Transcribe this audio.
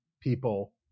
people